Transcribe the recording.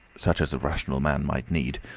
such as a rational man might need,